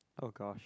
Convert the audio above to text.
oh gosh